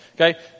Okay